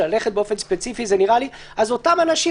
אז אותם אנשים,